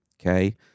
Okay